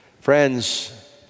Friends